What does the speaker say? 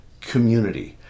community